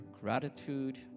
gratitude